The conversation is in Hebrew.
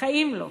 בחיים לא.